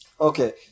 okay